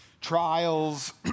trials